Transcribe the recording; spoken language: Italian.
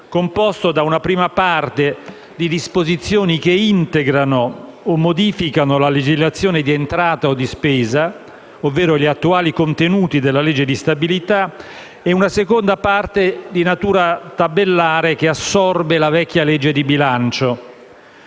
composto da una prima parte di disposizioni che integrano o modificano la legislazione di entrata o di spesa, ovvero gli attuali contenuti della legge di stabilità, e una seconda parte di natura tabellare che assorbe la vecchia legge di bilancio.